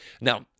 Now